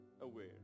aware